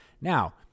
Now